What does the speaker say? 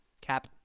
Cap